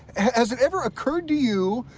and has it ever occurred to you,